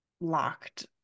locked